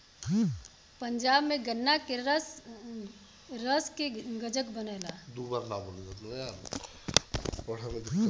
पंजाब में गन्ना के रस गजक बनला